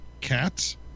Cats